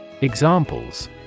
Examples